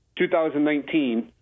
2019